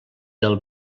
del